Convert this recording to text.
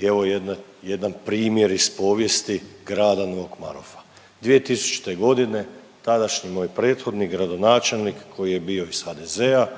i evo jedne, jedan primjer iz povijesti grada Novog Marofa. 2000. g. tadašnji moj prethodnik, gradonačelnik, koji je bio iz HDZ-a